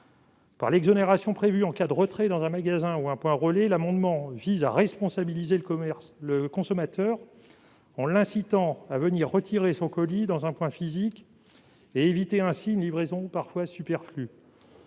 Par l'exonération prévue en cas de retrait dans un magasin ou un point relais, l'amendement vise à responsabiliser le consommateur en l'incitant à venir retirer son colis dans un point physique, afin d'éviter une livraison parfois superflue.